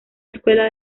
escuela